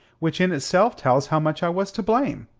which in itself tells how much i was to blame!